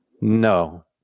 No